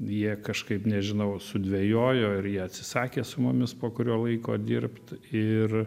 jie kažkaip nežinau sudvejojo ir jie atsisakė su mumis po kurio laiko dirbt ir